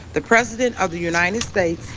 the president of the united states,